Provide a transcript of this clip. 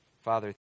Father